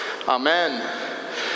Amen